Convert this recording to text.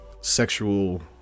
sexual